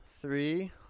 three